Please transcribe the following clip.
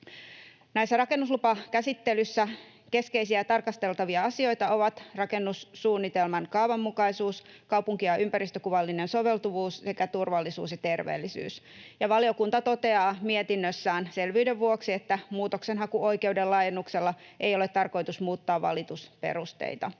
Näissä rakennuslupakäsittelyissä keskeisiä tarkasteltavia asioita ovat rakennussuunnitelman kaavanmukaisuus, kaupunki- ja ympäristökuvallinen soveltuvuus sekä turvallisuus ja terveellisyys. Valiokunta toteaa mietinnössään selvyyden vuoksi, että muutoksenhakuoikeuden laajennuksella ei ole tarkoitus muuttaa valitusperusteita.